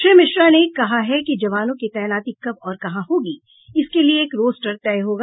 श्री मिश्रा ने कहा है कि जवानों की तैनाती कब और कहां होगी इसके लिए एक रोस्टर तय होगा